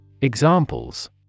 Examples